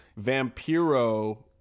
Vampiro